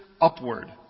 upward